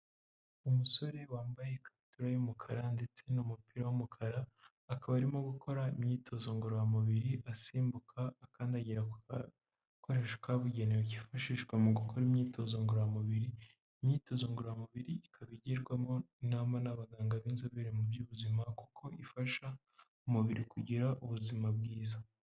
Umusore wambaye ikabutura y'umukara ndetse n'umupira w'umukara, akaba arimo gukora imyitozo ngororamubiri asimbuka akandagira ku gakoresho kabugenewe, kifashishwa mu gukora imyitozo ngororamubiri ,imyitozo ngororamubiri ikaba igirwamo inama n'abaganga b'inzobere mu by'ubuzima kuko ifasha umubiri kugira ubuzima bwiza.